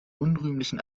unrühmlichen